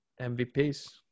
MVPs